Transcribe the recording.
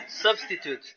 substitute